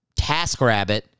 TaskRabbit